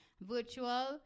Virtual